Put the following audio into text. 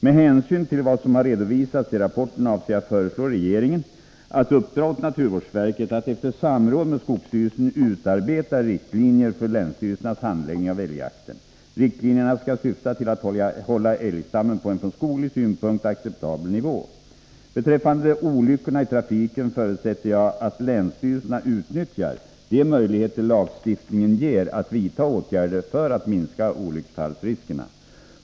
Med hänsyn till vad som har redovisats i rapporten avser jag föreslå regeringen att uppdra åt naturvårdsverket att efter samråd med skogsstyrelsen utarbeta riktlinjer för länsstyrelsernas handläggning av älgjakten. Riktlinjerna skall syfta till att hålla älgstammen på en från skoglig synpunkt acceptabel nivå. Beträffande olyckorna i trafiken förutsätter jag att länsstyrelserna utnyttjar de möjligheter lagstiftningen ger att vidta åtgärder för att minska olycksfallsriskerna.